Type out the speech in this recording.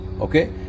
okay